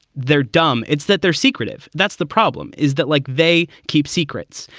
they're dumb. it's that they're secretive. that's the problem. is that like they keep secrets.